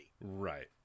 Right